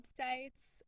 websites